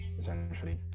essentially